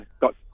got